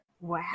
Wow